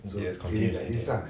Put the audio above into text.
just continue staying there